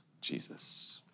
Jesus